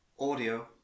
audio